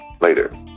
later